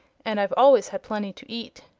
and i've always had plenty to eat.